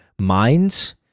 minds